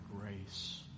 grace